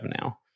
now